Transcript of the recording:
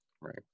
right